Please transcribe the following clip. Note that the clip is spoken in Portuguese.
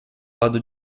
lado